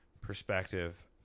perspective